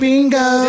Bingo